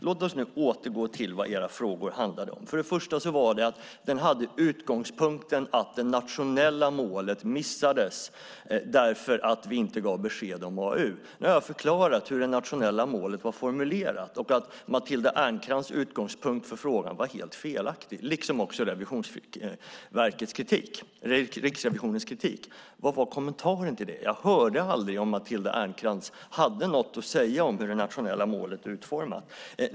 Låt oss nu återgå till vad era frågor handlade om. De hade för det första utgångspunkten att det nationella målet missades därför att vi inte gav besked om AAU. Nu har jag förklarat hur det nationella målet var formulerat och att Matilda Ernkrans utgångspunkt för frågan var helt felaktig liksom också Riksrevisionens kritik. Vad var kommentaren till det? Jag hörde aldrig om Matilda Ernkrans hade något att säga om hur det nationella målet är utformat.